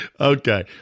Okay